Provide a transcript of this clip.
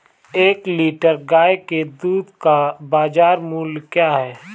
एक लीटर गाय के दूध का बाज़ार मूल्य क्या है?